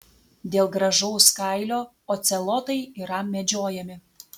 dėl gražaus kailio ocelotai yra medžiojami